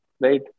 Right